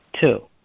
Two